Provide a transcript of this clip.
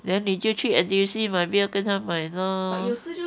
then 你就去 N_T_U_C 买不要跟他买 lor